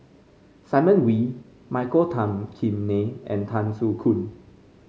Simon Wee Michael Tan Kim Nei and Tan Soo Khoon